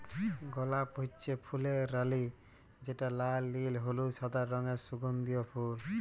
গলাপ হচ্যে ফুলের রালি যেটা লাল, নীল, হলুদ, সাদা রঙের সুগন্ধিও ফুল